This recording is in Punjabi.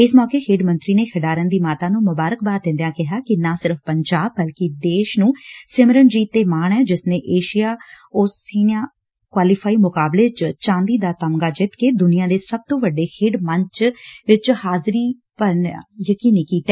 ਇਸ ਮੌਕੇ ਖੇਡ ਮੰਤਰੀ ਨੇ ਖਿਡਾਰਨ ਦੀ ਮਾਤਾ ਨੂੰ ਮੁਬਾਰਕਬਾਦ ਦਿੰਦਿਆਂ ਕਿਹਾ ਕਿ ਨਾ ਸਿਰਫ ਪੰਜਾਬ ਬਲਕਿ ਦੇਸ਼ ਨੂੰ ਸਿਮਰਜੀਤ ਤੇ ਮਾਣ ਐ ਜਿਸ ਨੇ ਏਸ਼ੀਆ ਓਸੀਨੀਆ ਕੁਆਲੀਫਾਈ ਮੁਕਾਬਲੇ ਚ ਚਾਂਦੀ ਦਾ ਤਮਗਾ ਜਿੱਤ ਕੇ ਦੁਨੀਆ ਦੇ ਸਭ ਤੈ ਵੱਡੇ ਖੇਡ ਮੰਚ ਵਿਚ ਹਾਜ਼ਰੀ ਭਰਨਾ ਯਕੀਨੀ ਕੀਤਾ